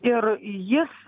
ir jis